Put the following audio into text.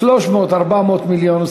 300 400 מיליון,